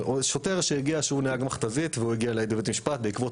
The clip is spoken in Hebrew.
שוטר נהג מכת"זית שהגיע להעיד בבית משפט בעקבות